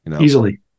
Easily